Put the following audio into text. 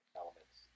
elements